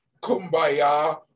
kumbaya